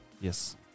Yes